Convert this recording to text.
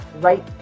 right